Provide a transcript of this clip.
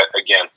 again